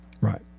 Right